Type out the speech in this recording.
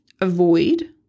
avoid